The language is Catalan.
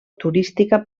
turística